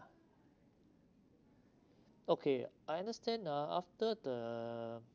okay I understand ah after the